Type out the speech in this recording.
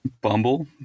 Bumble